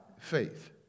faith